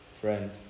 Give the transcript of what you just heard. Friend